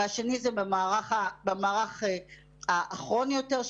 והשנייה היא במערך האחרון יותר,